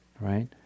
right